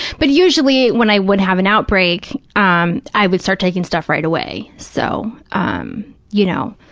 but usually when i would have an outbreak, um i would start taking stuff right away, so um you know,